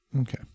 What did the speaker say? Okay